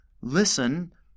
listen